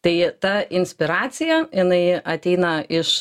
tai ta inspiracija jinai ateina iš